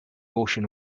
ocean